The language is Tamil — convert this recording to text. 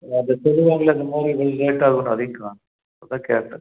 எதாவது சொல்லுவாங்கள்ல இந்த மாரி இன்னிக்கு லேட்டாக ஆவுதுன்னு அதையும் காணும் அதான் கேட்டேன்